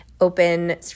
open